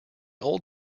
old